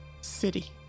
city